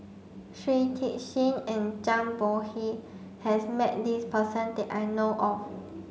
Shui Tit Sing and Zhang Bohe has met this person that I know of